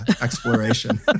exploration